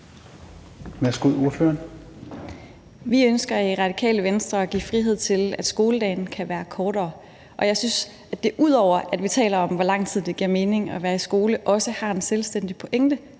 Vi ønsker jo i Radikale Venstre at give frihed til, at skoledagen kan være kortere. Og jeg synes, at det – ud over at vi taler om, hvor lang tid det giver mening at være i skole – også har en selvstændig pointe,